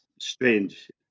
strange